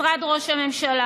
משרד ראש הממשלה,